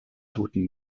toten